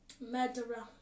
murderer